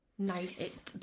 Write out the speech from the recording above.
Nice